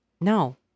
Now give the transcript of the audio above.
No